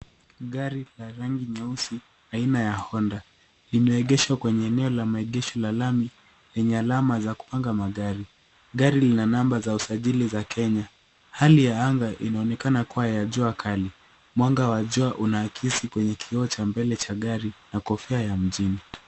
Gari la rangi nyeusi aina ya honda, limeegeshwa kwenye eneo la maegesho la lami lenye alama za kupanga magari. Gari lina namba za usajili za Kenya. Hali ya anga inaonekana kuwa ya jua kali, mwanga wa jua unaakisi kwenye kioo cha mbele cha gari na kofia ya mjini.